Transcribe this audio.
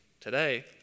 Today